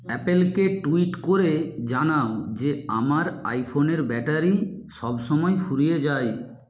অ্যাপেলকে tweet করে জানাও যে আমার আইফোনের ব্যাটারি সব সময় ফুরিয়ে যায়